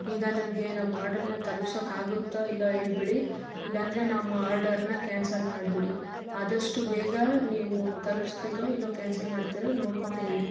ಈಗ ನಿಮಗೆ ನಮ್ಮ ಆರ್ಡ್ರನ್ನ ತಲ್ಪ್ಸೋಕಾಗುತ್ತಾ ಇಲ್ಲಾ ಹೇಳ್ಬಿಡಿ ಇಲ್ಲಾಂದರೆ ನಮ್ಮ ಆರ್ಡ್ರನ್ನ ಕ್ಯಾನ್ಸಲ್ ಮಾಡಿಬಿಡಿ ಆದಷ್ಟು ಬೇಗ ನೀವು ತಲ್ಪಿಸ್ತೀರೋ ಇಲ್ಲೋ ಕ್ಯಾನ್ಸಲ್ ಮಾಡ್ತೀರೋ ನೋಡ್ಕೊಂಡು ಹೇಳಿ